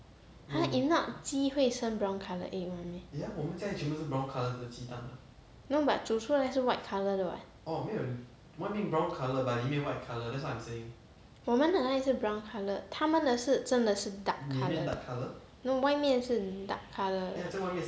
!huh! if not 鸡会生 brown colour egg [one] meh no but 煮出来是 white colour 的 [what] 我们的那里是 brown colour 他们的是真的是 dark colour 的 no 外面是 dark colour 的